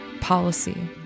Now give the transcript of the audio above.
policy